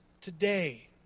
today